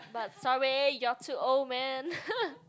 but sorry you're too old man